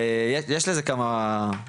יש לזה כמה,